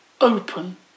Open